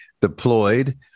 deployed